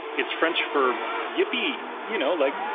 it's french for yippee. you know like,